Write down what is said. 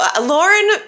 Lauren